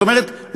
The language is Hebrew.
זאת אומרת,